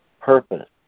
Purpose